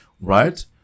right